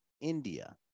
India